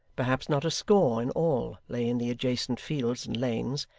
perhaps not a score in all lay in the adjacent fields and lanes,